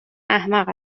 احمق